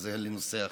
אבל זה לנושא אחר,